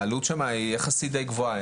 העלות שם היא יחסית די גבוהה.